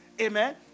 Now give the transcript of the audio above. Amen